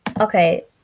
Okay